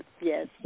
Yes